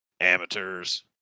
amateurs